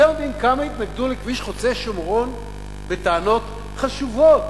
אתם יודעים כמה התנגדו לכביש חוצה-שומרון בטענות חשובות,